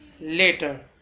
later